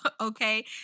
Okay